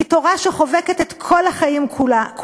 היא תורה שחובקת את כל החיים כולם.